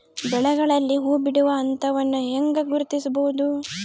ಬೆಳೆಗಳಲ್ಲಿ ಹೂಬಿಡುವ ಹಂತವನ್ನು ಹೆಂಗ ಗುರ್ತಿಸಬೊದು?